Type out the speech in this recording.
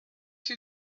see